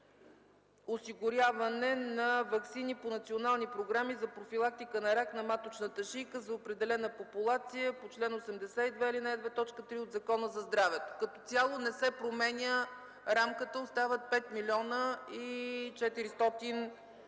осигуряване на ваксини по национални програми за профилактика на рак на маточната шийка за определена популация по чл. 82, ал. 2, т. 3 от Закона за здравето, като цяло не се променя рамката. Остават 5 милиона 400 хиляди.